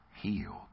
healed